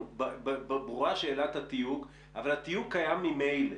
ברורה שאלת התיוג, אבל התיוג קיים ממילא.